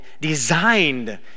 Designed